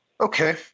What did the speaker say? Okay